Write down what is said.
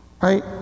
right